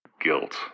Guilt